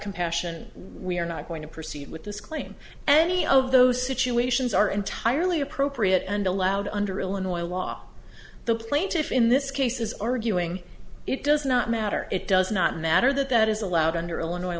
compassion we are not going to proceed with this claim any of those situations are entirely appropriate and allowed under illinois law the plaintiffs in this case is arguing it does not matter it does not matter that that is allowed under illinois